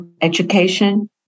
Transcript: education